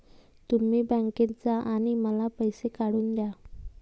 तुम्ही बँकेत जा आणि मला पैसे काढून दया